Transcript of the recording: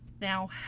Now